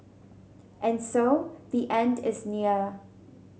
and so the end is near